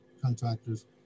contractors